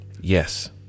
Yes